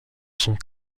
sont